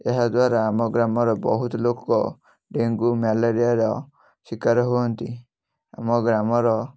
ଏହା ଦ୍ୱାରା ଆମ ଗ୍ରାମରେ ବହୁତ ଲୋକ ଡେଙ୍ଗୁ ମ୍ୟାଲେରିଆର ଶିକାର ହୁଅନ୍ତି ଆମ ଗ୍ରାମର